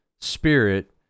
Spirit